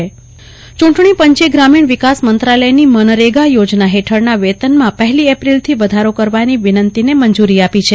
કલ્પના શાહ્ ટણી પંચ મનરેગા મંજર ચૂંટણીપંચે ગ્રામિણ વિકાસ મંત્રાલયની મનરેગા યોજના હેઠળના વેતનમાં પહેલી એપ્રિલથી વધારો કરવાની વિનંતીને મંજૂરી આપી છે